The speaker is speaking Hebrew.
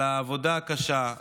על העבודה הקשה,